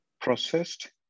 processed